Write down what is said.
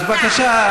אז בבקשה,